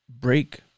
break